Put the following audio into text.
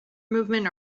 movement